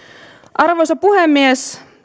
arvoisa puhemies